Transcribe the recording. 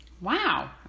Wow